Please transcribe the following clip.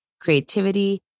creativity